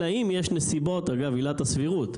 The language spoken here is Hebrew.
אלא אם יש נסיבות, אגב עילת הסבירות.